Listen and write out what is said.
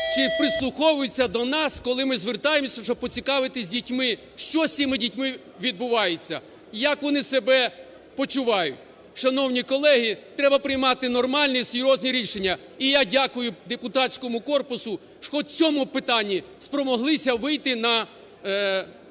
чи прислуховуються до нас, коли ми звертаємося, щоб поцікавитись дітьми, що з цими дітьми відбувається і як вони себе почувають. Шановні колеги! Треба приймати нормальні, серйозні рішення. І я дякую депутатському корпусу, що хоч в цьому питанні спромоглися вийти на більш